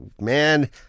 man